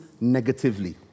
negatively